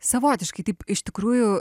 savotiškai taip iš tikrųjų